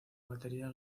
batería